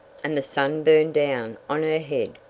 and the sun burned down on her head,